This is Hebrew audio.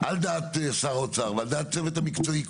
על דעת שר האוצר ועל דעת הצוות המקצועי,